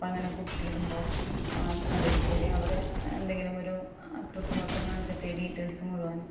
അപ്പം അങ്ങനെ കുത്തിയിടുമ്പോൾ അത് അതിൽക്കൂടി അവർ എന്തെങ്കിലുമൊരു കൃത്രിമത്വം കാണിച്ചിട്ട് ഈ ഡീറ്റേയ്ൽസ് മുഴുവൻ